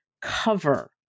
cover